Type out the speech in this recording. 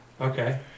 Okay